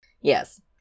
yes